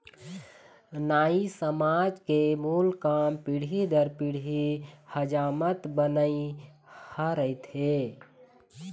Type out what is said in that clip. नाई समाज के मूल काम पीढ़ी दर पीढ़ी हजामत बनई ह रहिथे